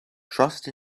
trust